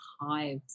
hives